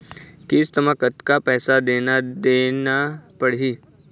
किस्त म कतका पैसा देना देना पड़ही?